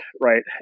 right